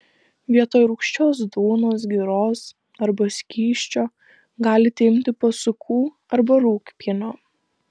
vietoj rūgščios duonos giros arba skysčio galite imti pasukų arba rūgpienio